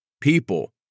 people